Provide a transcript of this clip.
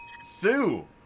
Sue